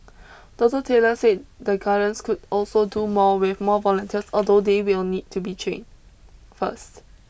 Doctor Taylor say the gardens could also do more with more volunteers although they will need to be trained first